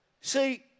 see